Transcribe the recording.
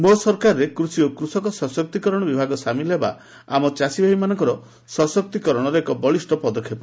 ମୋ ସରକାରରେ କୃଷି ଓ କୃଷକ ସଶକ୍ତିକରଣ ବିଭାଗ ସାମିଲ ହେବା ଆମ ଚାଷୀଭାଇମାନଙ୍କର ସଶକ୍ତିକରଣର ଏକ ବଳିଷ ପଦକ୍ଷେପ